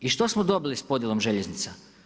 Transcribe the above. I što smo dobili sa podjelom željeznica?